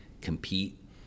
compete